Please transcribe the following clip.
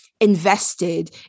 invested